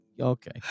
Okay